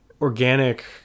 organic